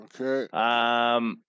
okay